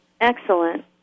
Excellent